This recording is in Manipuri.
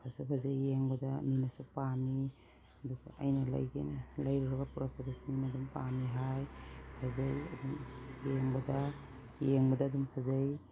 ꯐꯖꯩ ꯐꯖꯩ ꯌꯦꯡꯕꯗ ꯃꯤꯅꯁꯨ ꯄꯥꯝꯃꯤ ꯑꯗꯨꯒ ꯑꯩꯅ ꯂꯩꯒꯦꯅ ꯂꯩꯔꯨꯔꯒ ꯄꯨꯔꯛꯄꯗꯁꯨ ꯃꯤꯅ ꯑꯗꯨꯝ ꯄꯥꯝꯃꯤ ꯍꯥꯏ ꯐꯖꯩ ꯑꯗꯨꯝ ꯌꯦꯡꯕꯗ ꯑꯗꯨꯝ ꯐꯖꯩ